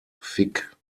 fick